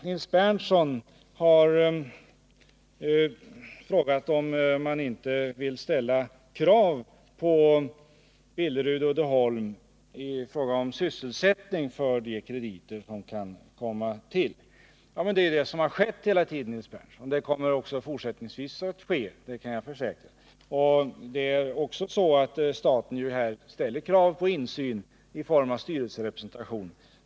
Nils Berndtson har frågat om man inte vill ställa krav på Billerud Uddeholm AB i fråga om sysselsättning för de krediter som kan komma till. Det är ju det som har skett hela tiden, Nils Berndtson, och det kommer också fortsättningsvis att ske, det kan jag försäkra. Staten ställer krav på insyn i form av styrelserepresentation.